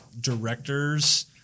directors